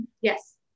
Yes